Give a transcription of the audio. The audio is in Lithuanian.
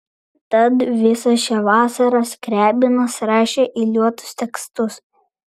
tad visą šią vasarą skriabinas rašė eiliuotus tekstus